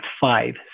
five